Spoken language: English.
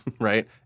right